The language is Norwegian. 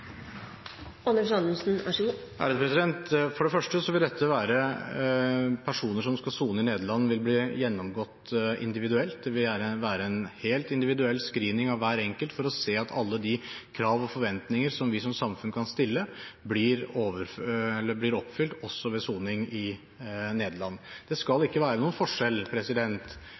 For det første: Personer som skal sone i Nederland, vil bli gjennomgått individuelt. Det vil være en helt individuell screening av hver enkelt for å se at alle de krav og forventninger som vi som samfunn kan stille, blir oppfylt også ved soning i Nederland. Det skal